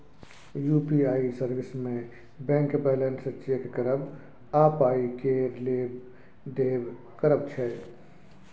UPI service मे bank balance check करब आ पाइ केर लेब देब करब छै